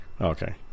Okay